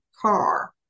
car